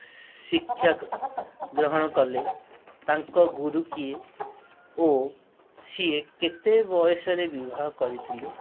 ଶିକ୍ଷାଗ୍ରହଣ କଲେ ତାଙ୍କ ଗୁରୁ କିଏ ଓ ସିଏ କେତେ ବୟସରେ ବିବାହ କରିଥିଲେ